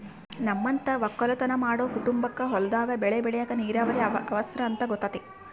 ನಮ್ಮಂತ ವಕ್ಕಲುತನ ಮಾಡೊ ಕುಟುಂಬಕ್ಕ ಹೊಲದಾಗ ಬೆಳೆ ಬೆಳೆಕ ನೀರಾವರಿ ಅವರ್ಸ ಅಂತ ಗೊತತೆ